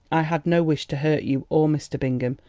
i had no wish to hurt you, or mr. bingham.